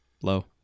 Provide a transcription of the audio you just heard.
Hello